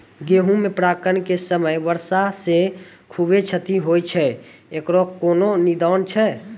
गेहूँ मे परागण के समय वर्षा से खुबे क्षति होय छैय इकरो कोनो निदान छै?